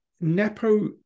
Nepo